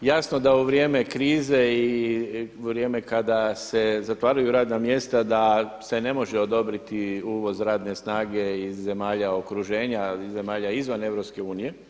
Jasno da u vrijeme krize i u vrijeme kada se zatvaraju radna mjesta da se ne može odobriti uvoz radne snage iz zemalja okruženja, zemalja izvan EU.